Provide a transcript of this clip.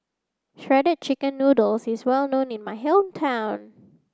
shredded chicken noodles is well known in my hometown